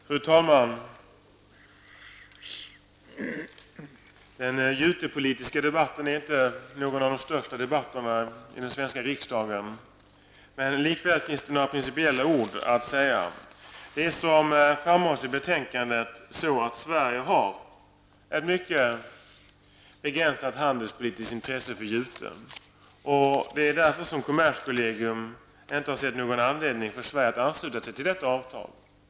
Fru talman! Den jutepolitiska debatten är inte någon av de största debatterna i den svenska riksdagen, men likväl finns det några principiella ord att säga. Som framhålls i betänkandet har Sverige ett mycket begränsat intresse för handelsutbyte med jute. Det är därför som kommerskollegium inte har sett någon anledning för Sverige att ansluta sig till detta avtal.